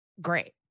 great